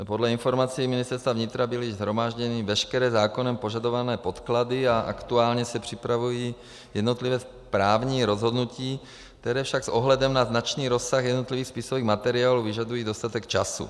Podle informací Ministerstva vnitra byly již shromážděny veškeré zákonem požadované podklady a aktuálně se připravují jednotlivá správní rozhodnutí, která však s ohledem na značný rozsah jednotlivých spisových materiálů vyžadují dostatek času.